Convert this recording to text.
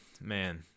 man